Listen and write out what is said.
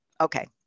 Okay